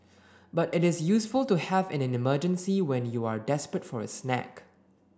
but it is useful to have in an emergency when you are desperate for a snack